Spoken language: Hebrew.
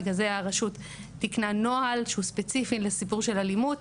בגלל זה הרשות תיקנה נוהל שהוא ספציפי לסיפור של אלימות.